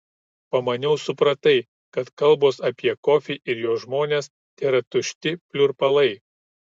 pamaniau supratai kad kalbos apie kofį ir jo žmones tėra tušti pliurpalai